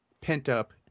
pent-up